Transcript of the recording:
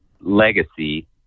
legacy